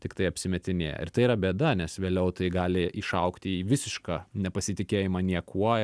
tiktai apsimetinėja ir tai yra bėda nes vėliau tai gali išaugti į visišką nepasitikėjimą niekuo